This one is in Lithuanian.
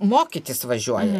mokytis važiuoja